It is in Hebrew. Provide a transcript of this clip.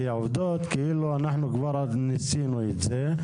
אתה אומר שהעובדות הן כאילו אנחנו כבר מיצינו את זה.